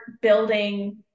building